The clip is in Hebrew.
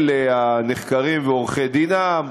אל הנחקרים ועורכי-דינם,